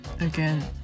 Again